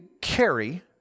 carry